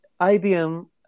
IBM